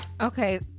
Okay